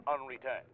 unreturned